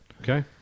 Okay